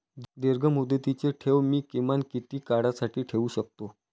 दीर्घमुदतीचे ठेव मी किमान किती काळासाठी ठेवू शकतो?